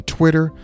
Twitter